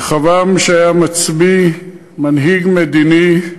רחבעם, שהיה מצביא, מנהיג מדיני,